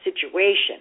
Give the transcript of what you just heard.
situation